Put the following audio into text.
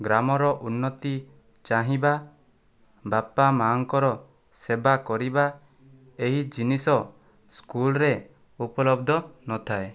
ଗ୍ରାମର ଉନ୍ନତି ଚାହିଁବା ବାପା ମା'ଙ୍କର ସେବା କରିବା ଏହି ଜିନିଷ ସ୍କୁଲରେ ଉପଲବ୍ଧ ନଥାଏ